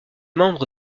membre